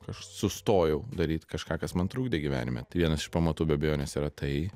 aš sustojau daryt kažką kas man trukdė gyvenime tai vienas iš pamatų be abejonės yra tai